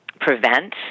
prevent